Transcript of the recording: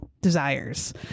desires